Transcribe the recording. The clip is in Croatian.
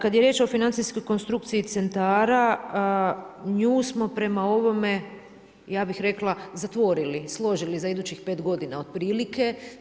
Kad je riječ o financijskoj konstrukciji centara nju smo prema ovome ja bih rekla zatvorili, složili za idućih pet godina otprilike.